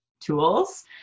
tools